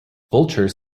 vultures